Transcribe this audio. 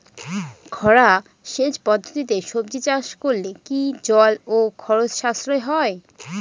খরা সেচ পদ্ধতিতে সবজি চাষ করলে কি জল ও খরচ সাশ্রয় হয়?